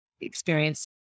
experience